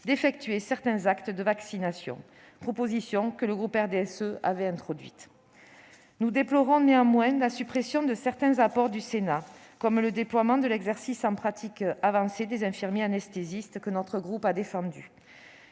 d'effectuer certains actes de vaccination, propositions que le groupe du RDSE avait introduites. Néanmoins, nous déplorons la suppression de certains apports du Sénat, comme le déploiement de l'exercice en pratique avancée des infirmiers anesthésistes, que notre groupe a défendu.